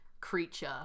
creature